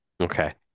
Okay